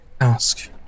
ask